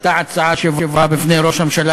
עלתה הצעה שהובאה בפני ראש הממשלה